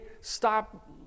stop